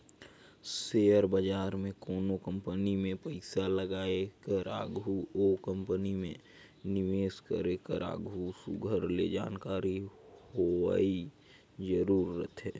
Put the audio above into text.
share बजार में कोनो कंपनी में पइसा लगाए कर आघु ओ कंपनी में निवेस करे कर आघु सुग्घर ले जानकारी होवई जरूरी रहथे